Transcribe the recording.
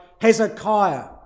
Hezekiah